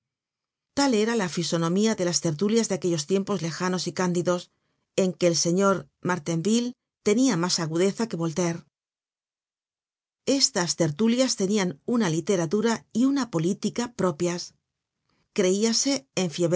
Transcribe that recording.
tal era la fisonomía de las tertulias de aquellos tiempos lejanos y cándidos en que el señor martainville tenia mas agudeza que voltaire estas tertulias tenian una literatura y una política propias creíase